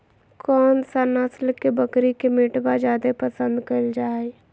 कौन सा नस्ल के बकरी के मीटबा जादे पसंद कइल जा हइ?